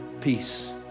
peace